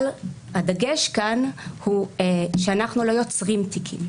הדגש הוא שאנחנו לא יוצרים תיקים.